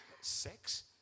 sex